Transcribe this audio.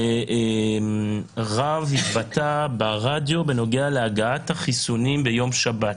שרב התבטא ברדיו בנוגע להגעת החיסונים ביום שבת.